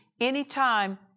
anytime